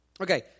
Okay